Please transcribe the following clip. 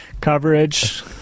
coverage